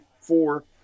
four